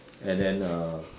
and then a